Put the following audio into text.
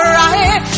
right